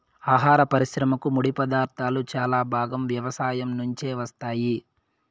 ఆహార పరిశ్రమకు ముడిపదార్థాలు చాలా భాగం వ్యవసాయం నుంచే వస్తాయి